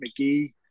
McGee